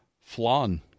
flan